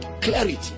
clarity